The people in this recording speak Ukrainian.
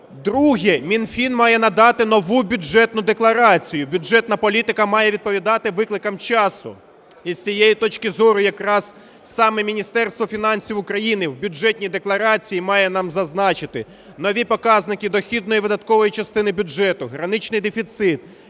Друге. Мінфін має надати нову Бюджетну декларацію. Бюджетна політика має відповідати викликам часу. І з цієї точки зору якраз саме Міністерство фінансів України в Бюджетній декларації має нам зазначити нові показники дохідної, видаткової частини бюджету, граничний дефіцит,